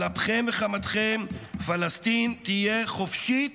על אפכם וחמתכם פלסטין תהיה חופשית